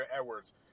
Edwards